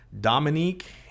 Dominique